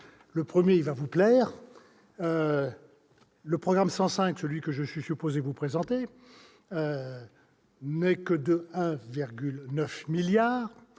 Le premier va vous plaire. Le programme 105, que je suis supposé vous présenter, n'est que de 1,9 milliard